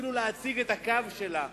אפילו להציג את הקו שלה,